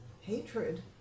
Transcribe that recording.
hatred